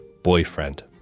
Boyfriend